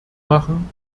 machen